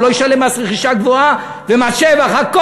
לא ישלם מס רכישה גבוה ומס שבח.